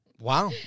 Wow